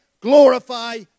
glorify